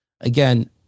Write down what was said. Again